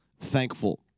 thankful